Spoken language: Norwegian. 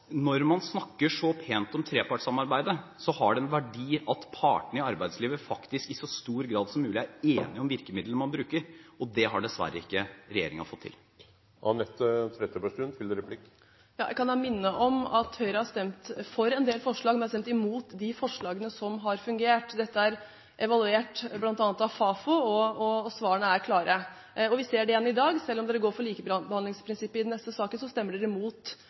Når man snakker så pent om trepartssamarbeidet, har det en verdi at partene i arbeidslivet faktisk i så stor grad som mulig er enige om virkemidlene man bruker, og det har dessverre ikke regjeringen fått til. Jeg kan minne om at Høyre har stemt for en del forslag, men stemt imot de forslagene som har fungert. Dette er evaluert bl.a. av Fafo, og svarene er klare. Vi ser det igjen i dag. Selv om Høyre går inn for likebehandlingsprinsippet i den neste saken, stemmer